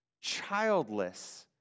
childless